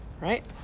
right